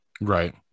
Right